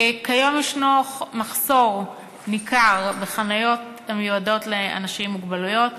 כיום יש מחסור ניכר בחניות המיועדות לאנשים עם מוגבלויות,